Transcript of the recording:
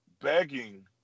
begging